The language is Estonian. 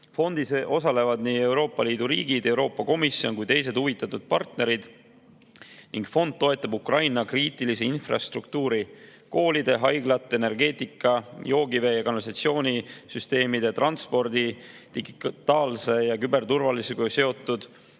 Fondis osalevad Euroopa Liidu riigid, Euroopa Komisjon ja teised huvitatud partnerid. Fond toetab Ukraina kriitilise tähtsusega infrastruktuuri, koolide, haiglate, energeetika, joogivee‑ ja kanalisatsioonisüsteemide, transpordi, digitaalse ja küberturvalisusega seotud